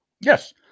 yes